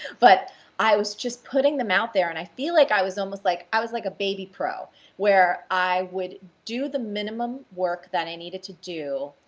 but i was just putting them out there and i feel like i was almost like. i was like a baby pro where i would do the minimum work that i needed to do,